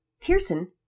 Pearson